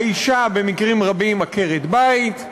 האישה במקרים רבים עקרת בית,